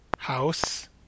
House